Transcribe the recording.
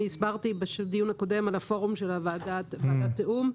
אני הסברתי בדיון הקודם על הפורום של ועדת תיאום.